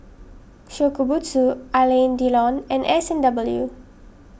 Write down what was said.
Shokubutsu Alain Delon and S and W